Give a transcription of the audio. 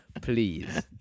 Please